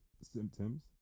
symptoms